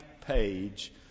Page